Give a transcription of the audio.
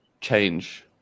change